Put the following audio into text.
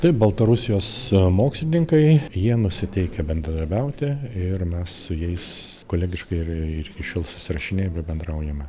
taip baltarusijos mokslininkai jie nusiteikę bendradarbiauti ir mes su jais kolegiškai ir iki šiol susirašinėjam ir bendraujame